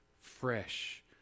fresh